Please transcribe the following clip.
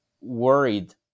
worried